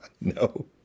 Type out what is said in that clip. No